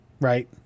right